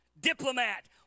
diplomat